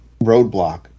roadblock